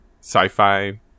sci-fi